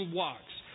walks